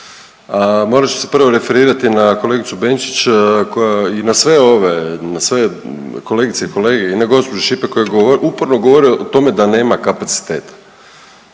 Morat ću se prvo referirati na kolegicu Benčić koja i na sve ove, na sve kolegice i kolege i na gđu. Šipek koja uporno govori o tome da nema kapaciteta,